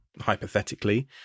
hypothetically